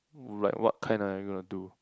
like what kind are you gonna do